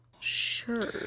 sure